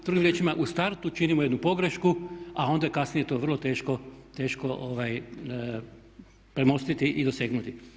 Drugim riječima, u startu činimo jednu pogrešku, a onda je kasnije to vrlo teško premostiti i dosegnuti.